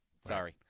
Sorry